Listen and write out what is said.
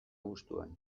abuztuan